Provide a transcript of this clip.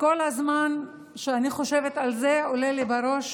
כל הזמן כשאני חושבת על זה, עולה לי בראש